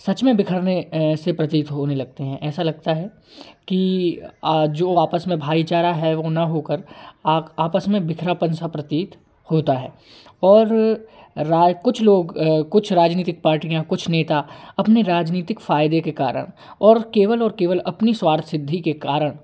सच में बिखरने से प्रतीत होने लगते हैं ऐसा लगता है कि जो आपस में भाई चारा है वो न होकर आक आपस में बिखरापन सा प्रतीत होता है और राय कुछ लोग कुछ राजनीतिक पार्टियाँ कुछ नेता अपने राजनीतिक फायदे के कारण और केवल और केवल अपनी स्वार्थसिद्धि के कारण